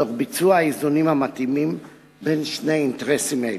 ותוך ביצוע האיזונים המתאימים בין שני אינטרסים אלה.